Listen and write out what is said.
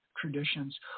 traditions